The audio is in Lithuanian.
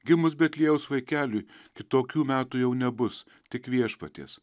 gimus betliejaus vaikeliui kitokių metų jau nebus tik viešpaties